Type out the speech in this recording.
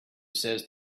says